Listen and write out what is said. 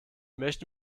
möchte